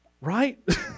Right